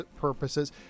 purposes